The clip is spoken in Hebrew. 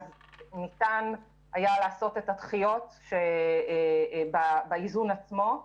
אז ניתן היה לעשות את הדחיות באיזון עצמו.